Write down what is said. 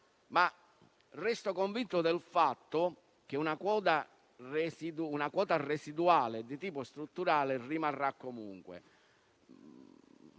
però convinto del fatto che una quota residuale di tipo strutturale rimarrà comunque,